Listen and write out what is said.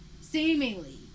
seemingly